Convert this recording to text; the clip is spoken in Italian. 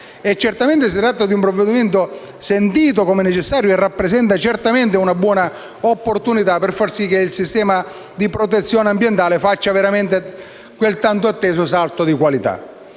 Certamente si tratta di un provvedimento sentito come necessario e rappresenta sicuramente una buona opportunità per far sì che il sistema di protezione ambientale faccia veramente il tanto atteso salto di qualità.